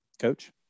coach